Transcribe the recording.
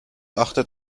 achtet